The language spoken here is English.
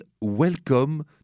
Welcome